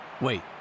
Wait